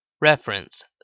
Reference